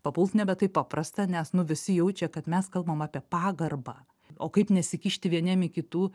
papult nebe taip paprasta nes nu visi jaučia kad mes kalbam apie pagarbą o kaip nesikišti vieniem į kitų